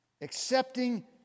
accepting